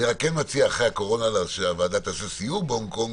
אני רק מציע שאחרי הקורונה הוועדה תעשה סיור בהונג קונג,